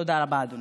תודה רבה, אדוני.